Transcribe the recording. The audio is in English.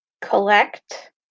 Collect